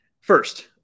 first